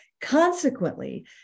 Consequently